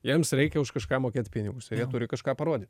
jiems reikia už kažką mokėt pinigus jie turi kažką parodyt